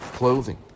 clothing